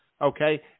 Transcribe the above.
okay